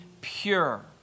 pure